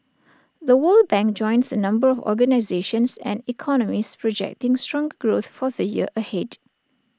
the world bank joins A number of organisations and economists projecting stronger growth for the year ahead